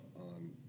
on